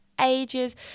ages